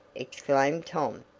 exclaimed tom.